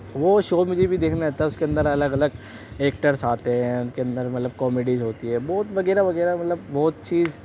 وہ شو مجھے بھی دیکھنا آتا ہے اس کے اندر الگ الگ ایکٹرس آتے ہیں ان کے اندر مطلب کامیڈیز ہوتی ہے بہت وغیرہ وغیرہ مطلب بہت چیز